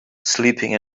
sleeping